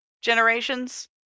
generations